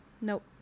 Nope